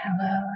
hello